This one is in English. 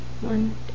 one